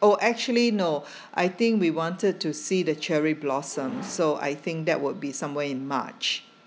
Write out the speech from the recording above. oh actually no I think we wanted to see the cherry blossom so I think that would be somewhere in march